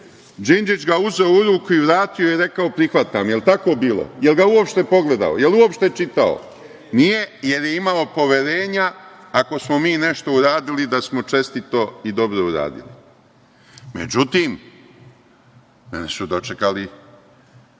Đinđić ga uzeo u ruku i vrati mi i rekao – prihvatam. Jel tako bilo? Jel ga uopšte pogledao, jel uopšte čitao? Nije, jer je imao poverenja, ako smo mi nešto uradili da smo čestito i dobro uradili.Međutim, dočekala